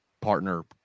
partner